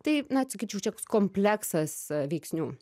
tai na sakyčiau čia kompleksas veiksnių